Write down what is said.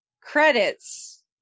credits